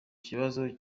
kibazo